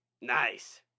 nice